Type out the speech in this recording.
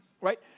right